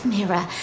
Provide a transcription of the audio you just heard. Mira